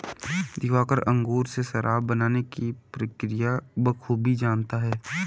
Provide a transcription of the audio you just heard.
दिवाकर अंगूर से शराब बनाने की प्रक्रिया बखूबी जानता है